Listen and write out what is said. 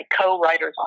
co-writers